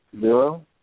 Zero